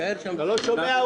אתה לא שומע?